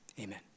amen